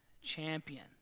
champion